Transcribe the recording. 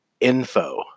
info